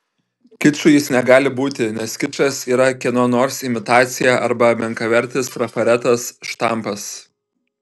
kiču jis negali būti nes kičas yra kieno nors imitacija arba menkavertis trafaretas štampas